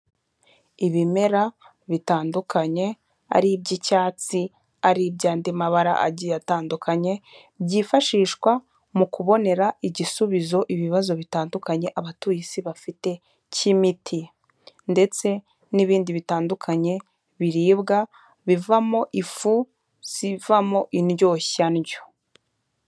Ibimera bitandukanye ari iby'icyatsi, ari iby'andi mabara agiye atandukanye, byifashishwa mu kubonera igisubizo ibibazo bitandukanye abatuye isi bafite cy'imiti. Ndetse n'ibindi bitandukanye biribwa bivamo ifu zivamo indyosh ndyo.